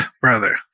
brother